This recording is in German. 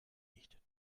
nicht